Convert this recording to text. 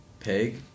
Peg